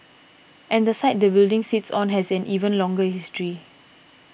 and the site the building sits on has an even longer history